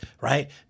right